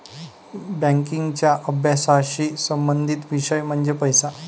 बँकिंगच्या अभ्यासाशी संबंधित विषय म्हणजे पैसा